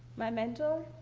my mentor,